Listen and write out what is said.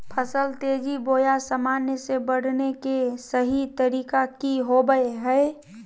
फसल तेजी बोया सामान्य से बढने के सहि तरीका कि होवय हैय?